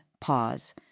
pause